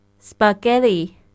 Spaghetti